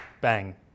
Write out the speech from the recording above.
bang